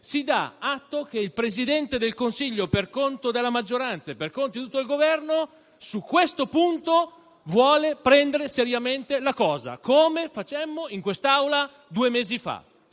si dà atto che il Presidente del Consiglio, per conto della maggioranza e di tutto il Governo, su questo punto vuole prendere seriamente la cosa, come facemmo in quest'Aula due mesi fa.